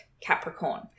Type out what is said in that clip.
Capricorn